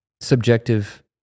subjective